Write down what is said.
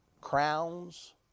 crowns